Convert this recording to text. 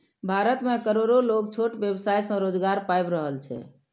भारत मे करोड़ो लोग छोट व्यवसाय सं रोजगार पाबि रहल छै